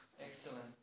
Excellent